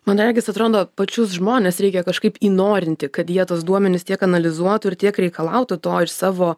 man regis atrodo pačius žmones reikia kažkaip įnorinti kad jie tuos duomenis tiek analizuotų ir tiek reikalautų to iš savo